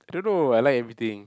don't know I like everything